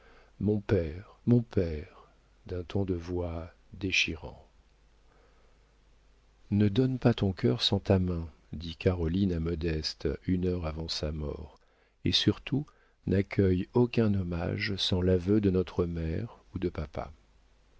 mon père mon père d'un ton de voix déchirant ne donne pas ton cœur sans ta main dit caroline à modeste une heure avant sa mort et surtout n'accueille aucun hommage sans l'aveu de notre mère ou de papa